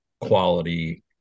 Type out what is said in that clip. quality